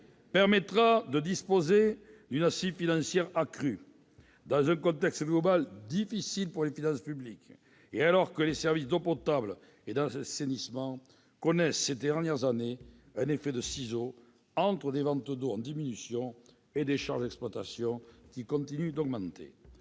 permettra de disposer d'une assise financière accrue, dans un contexte global difficile pour les finances publiques, et alors que les services d'eau potable et d'assainissement connaissent ces dernières années un effet de ciseau, entre des ventes d'eau en diminution et des charges d'exploitation qui continuent d'augmenter.